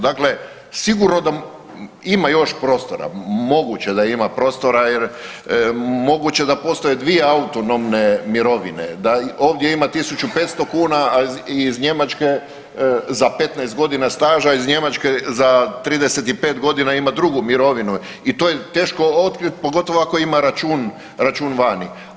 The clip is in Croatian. Dakle sigurno da ima još prostora, moguće da ima prostora jer moguće da postoje dvije autonomne mirovine, da ovdje ima tisuću 500 kuna, a iz Njemačke za 15 godina staža iz Njemačke za 35 godina ima drugu mirovinu i to je teško otkriti pogotovo ako ima račun vani.